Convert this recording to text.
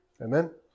Amen